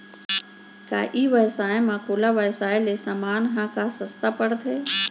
का ई व्यवसाय म खुला व्यवसाय ले समान ह का सस्ता पढ़थे?